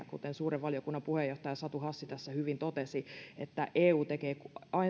kuten suuren valiokunnan puheenjohtaja satu hassi tässä hyvin totesi että eu tekee